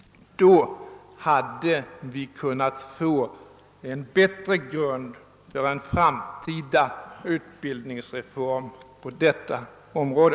Då hade vi kunnat få en bättre grund för en framtida utbildningsreform på detta område.